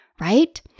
Right